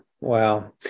wow